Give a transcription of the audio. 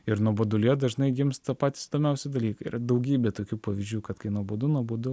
ir nuobodulyje dažnai gimsta patys įdomiausi dalykai ir daugybė tokių pavyzdžių kad kai nuobodu nuobodu